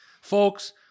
Folks